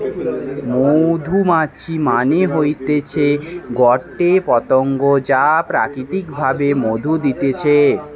মধুমাছি মানে হতিছে গটে পতঙ্গ যা প্রাকৃতিক ভাবে মধু দিতেছে